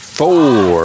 four